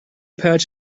patch